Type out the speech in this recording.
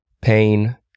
Pain